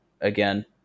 again